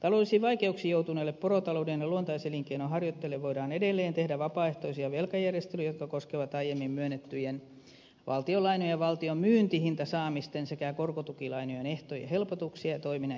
taloudellisiin vaikeuksiin joutuneille porotalouden ja luontaiselinkeinon harjoittajille voidaan edelleen tehdä vapaaehtoisia velkajärjestelyjä jotka koskevat aiemmin myönnettyjen valtionlainojen ja valtion myyntihintasaamisten sekä korkotukilainojen ehtojen helpotuksia ja toiminnan järjestämistä